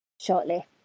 shortly